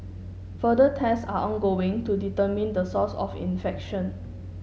further test are ongoing to determine the source of infection